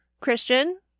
Christian